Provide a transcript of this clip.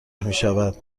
میشود